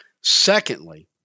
Secondly